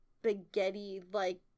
spaghetti-like